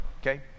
okay